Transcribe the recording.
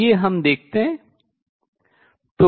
आइए हम देखतें है